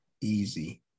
easy